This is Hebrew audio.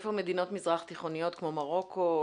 איפה מדינות מזרח תיכוניות כמו מרוקו,